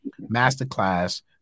masterclass